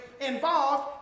involved